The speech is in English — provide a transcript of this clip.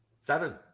Seven